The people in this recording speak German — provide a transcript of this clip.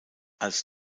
als